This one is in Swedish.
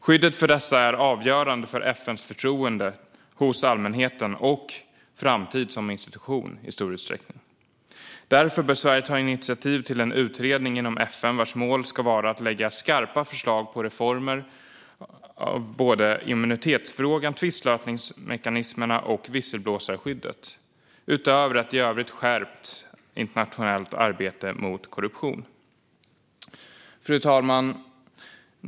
Skyddet för dessa är avgörande för FN:s förtroende hos allmänheten och i stor utsträckning för dess framtid som institution. Därför bör Sverige ta initiativ till en utredning inom FN vars mål ska vara att lägga fram skarpa förslag på reformer av både immunitetsfrågan, tvistlösningsmekanismerna och visselblåsarskyddet utöver ett i övrigt skärpt internationellt arbete mot korruption. Fru talman!